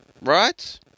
Right